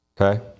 Okay